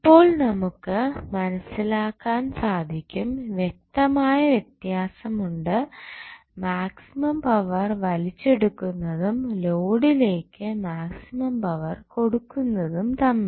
ഇപ്പോൾ നിങ്ങൾക്കു മനസിലാക്കാൻ സാധിക്കും വ്യക്തമായ വ്യത്യാസമുണ്ട് മാക്സിമം പവർ വലിച്ചെടുക്കുന്നതും ലോഡിലേക്ക് മാക്സിമം പവർ കൊടുക്കുന്നതും തമ്മിൽ